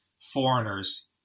foreigners